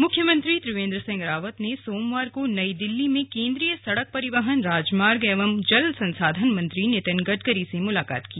मुख्यमंत्री त्रिवेन्द्र सिंह रावत ने सोमवार को नई दिल्ली में केंद्रीय सड़क परिवहन राजमार्ग एवं जल संसाधन मंत्री नितिन गड़करी से मुलाकात की